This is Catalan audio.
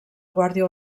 guàrdia